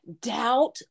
Doubt